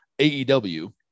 AEW